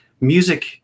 music